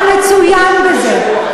אתה מצוין בזה.